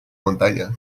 montaña